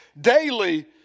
daily